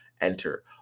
enter